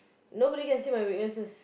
nobody can see my weaknesses